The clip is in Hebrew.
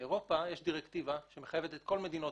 באירופה יש דירקטיבה שמחייבת את כל המדינות